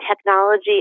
technology